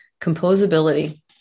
composability